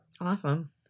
Awesome